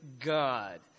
God